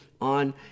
on